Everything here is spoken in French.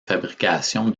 fabrication